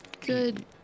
good